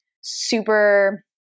super